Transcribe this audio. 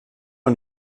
wir